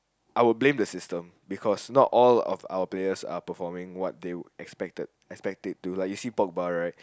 I would blame the system because not all of our players are performing what they expected expected it to you see Pogba right